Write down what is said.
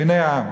בעיני העם,